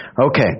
Okay